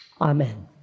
Amen